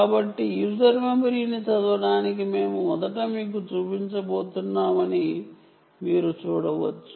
కాబట్టి యూజర్ మెమరీని చదవడానికి మేము మొదట మీకు చూపించబోతున్నామని మీరు చూడవచ్చు